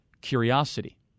curiosity